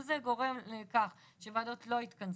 אם זה גורם לכך שוועדות לא יתכנסו,